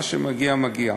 מה שמגיע מגיע.